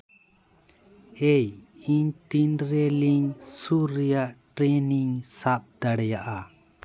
ᱮᱭ ᱤᱧ ᱛᱤᱱᱨᱮ ᱞᱤᱧ ᱥᱩᱨ ᱨᱮᱭᱟᱜ ᱴᱨᱮᱱᱤᱧ ᱥᱟᱵ ᱫᱟᱲᱮᱭᱟᱜᱼᱟ